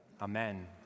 Amen